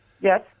Yes